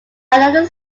another